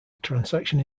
transaction